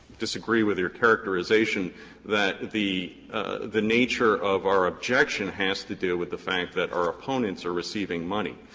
disagree with your characterization that the the nature of our objection has to do with the fact that our opponents are receiving money.